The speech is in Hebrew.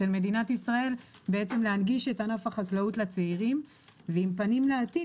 של מדינת ישראל להנגיש את ענף החקלאות לצעירים ועם פנים לעתיד,